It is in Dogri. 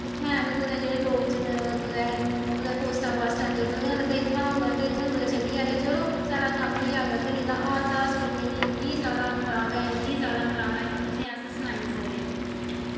इत्थै हैन जेह्ड़े कुदै लोग कुदै पोस्टां होङन ते इत्थें चलियै कुदै ते चलो साढ़ा कम्म होई जाह्ग नेईं तां हालत हॉस्पिटलें दी इन्नी खराब ऐ इन्नी जादै खराब ऐ की तुसेंगी अस सनाई निं सकदे